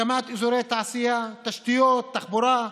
הקמת אזורי תעשייה, תשתיות, תחבורה.